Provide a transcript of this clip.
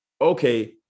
okay